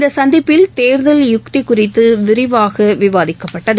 இந்த சந்திப்பில் தேர்தல் யுக்தி குறித்து விரிவாக விவாதிக்கப்பட்டது